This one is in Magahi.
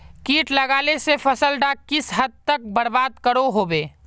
किट लगाले से फसल डाक किस हद तक बर्बाद करो होबे?